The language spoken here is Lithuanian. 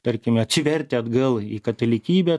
tarkime atsivertę atgal į katalikybę